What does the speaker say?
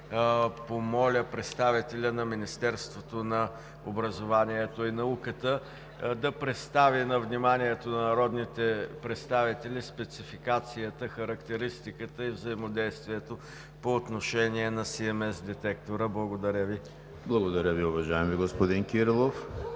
помоля представителя на Министерството на образованието и науката да представи на вниманието на народните представители спецификацията, характеристиката и взаимодействието по отношение на СMS детектора. Благодаря Ви. ПРЕДСЕДАТЕЛ ЕМИЛ ХРИСТОВ: Благодаря Ви, уважаеми господин Кирилов.